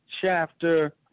chapter